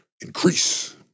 increase